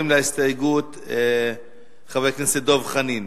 ההסתייגות של חבר הכנסת דב חנין